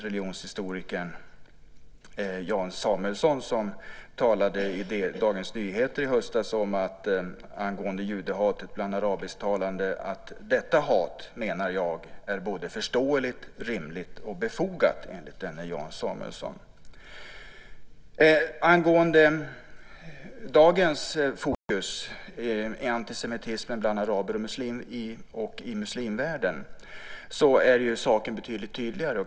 Religionshistoriken Jan Samuelsson sade i Dagens Nyheter i höstas angående judehatet bland arabisktalande att han menade att detta hat är både förståeligt, rimligt och befogat. Angående dagens fokus på antisemitismen bland araber och i muslimvärlden så är saken betydligt tydligare.